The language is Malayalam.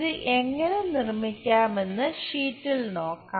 ഇത് എങ്ങനെ നിർമ്മിക്കാമെന്ന് ഷീറ്റിൽ നോക്കാം